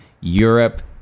Europe